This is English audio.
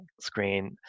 screen